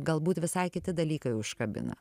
galbūt visai kiti dalykai užkabina